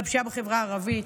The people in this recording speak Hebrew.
היום על הפשיעה בחברה הערבית,